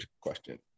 question